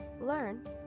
Learn